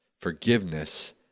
Forgiveness